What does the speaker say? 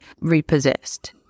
repossessed